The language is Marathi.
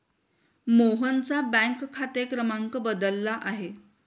मोहनचा बँक खाते क्रमांक बदलला आहे